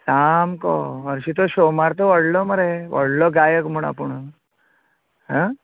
सामको हरशी तो शो मारता व्हडलो मरे व्हडलो गायक म्हण आपूण आं